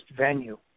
venue